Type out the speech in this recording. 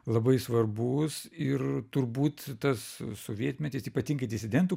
labai svarbus ir turbūt tas sovietmetis ypatingai disidentų